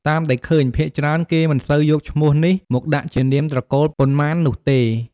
តាមដែលឃើញភាគច្រើនគេមិនសូវយកឈ្មោះនេះមកដាក់ជានាមត្រកូលប៉ុន្មាននោះទេ។